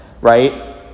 right